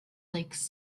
lakes